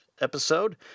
episode